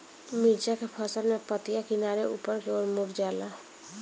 मिरचा के फसल में पतिया किनारे ऊपर के ओर मुड़ जाला?